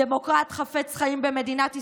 דמוקרט חפץ חיים במדינת ישראל,